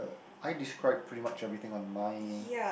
uh I describe pretty much everything much on mine